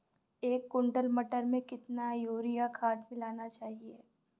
एक कुंटल मटर में कितना यूरिया खाद मिलाना चाहिए?